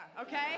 Okay